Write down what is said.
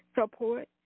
support